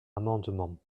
amendement